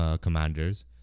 Commanders